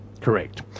Correct